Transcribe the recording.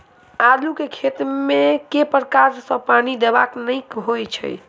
आलु केँ खेत मे केँ प्रकार सँ पानि देबाक नीक होइ छै?